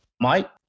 Mike